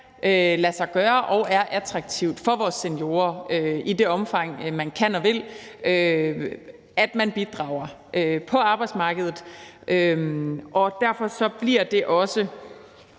lade sig gøre og er attraktivt for vores seniorer i det omfang, man kan og vil, at bidrage på arbejdsmarkedet. Derfor bliver det også